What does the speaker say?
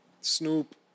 Snoop